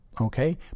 okay